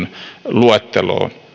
luetteluun